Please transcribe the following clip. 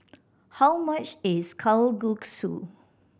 how much is Kalguksu